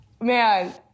Man